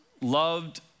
loved